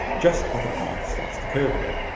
just where the path starts to curve again.